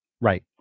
Right